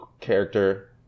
character